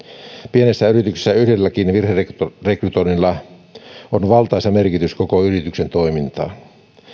pienessä yrityksessä yhdelläkin virherekrytoinnilla on valtaisa merkitys koko yrityksen toimintaan virherekrytoinnit